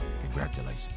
congratulations